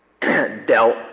dealt